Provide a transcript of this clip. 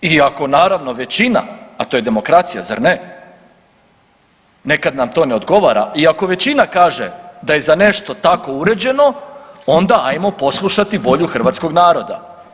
I ako naravno većina, a to je demokracija zar ne, nekad nam to ne odgovara, i ako većina kaže da je za nešto tako uređeno onda ajmo poslušati volju hrvatskog naroda.